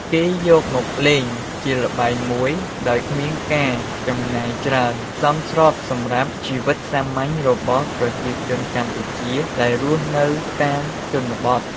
គេយកមកលេងជាល្បែងមួយ ដោយគ្មានការចំណាយច្រើនសមស្របសម្រាប់ជីវិតសាមញ្ញរបស់ប្រជាជនកម្ពុជាដែលរស់នៅតាមជនបទ។